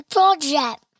Project